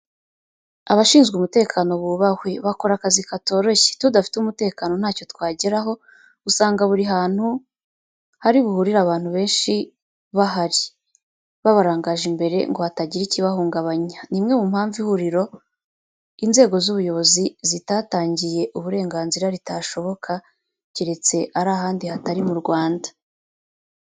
Abashinzwe umutekano bubahwe bakora akazi katoroshye, tudafite umutekano ntacyo twageraho, usanga buri hantu hari buhurire abantu benshi bahari, babarangaje imbere ngo hatagira ikibahungabanya, ni imwe mu mpamvu ihuriro inzego z'ubuyobozi zitatangiye uburenganzira ritashoboka, keretse ari ahandi hatari mu Rwanda.